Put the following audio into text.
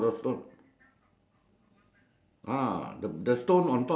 the then the the the what do you call the box the blue box